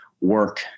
work